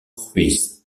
ruiz